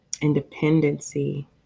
Independency